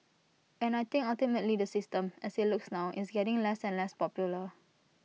and I think ultimately the system as IT looks now is getting less and less popular